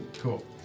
Cool